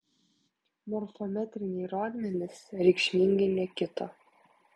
morfometriniai rodmenys reikšmingai nekito